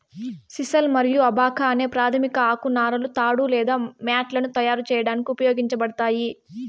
sisal మరియు abaca అనే ప్రాధమిక ఆకు నారలు తాడు లేదా మ్యాట్లను తయారు చేయడానికి ఉపయోగించబడతాయి